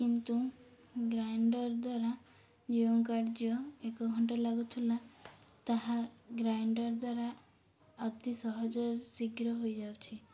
କିନ୍ତୁ ଗ୍ରାଇଣ୍ଡର ଦ୍ୱାରା ଯେଉଁ କାର୍ଯ୍ୟ ଏକ ଘଣ୍ଟା ଲାଗୁଥିଲା ତାହା ଗ୍ରାଇଣ୍ଡର ଦ୍ୱାରା ଅତି ସହଜରେ ଶୀଘ୍ର ହୋଇଯାଉଛି